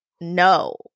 no